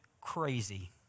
crazy